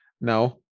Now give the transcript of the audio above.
No